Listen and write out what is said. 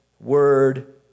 word